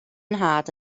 nhad